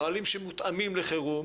נהלים שמותאמים לחירום